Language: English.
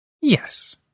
Yes